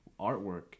artwork